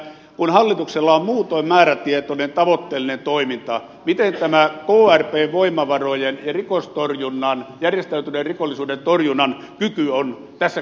kun hallituksella on muutoin määrätietoinen tavoitteellinen toiminta miten tämä krpn voimavarojen ja rikostorjunnan järjestäytyneen rikollisuuden torjunnan kyky on tässä kehyksessä mukana